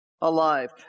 alive